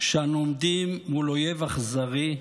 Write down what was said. שאנו עומדים מול אויב אכזרי,